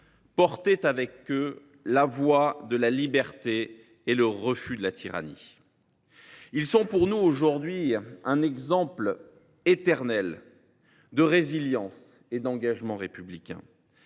portaient la voix de la liberté et le refus de la tyrannie. Ils sont pour nous un exemple éternel de résilience et d’engagement républicain.